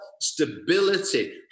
stability